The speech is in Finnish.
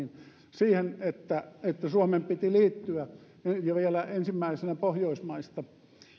siihen että että suomen piti liittyä ja vielä ensimmäisenä pohjoismaista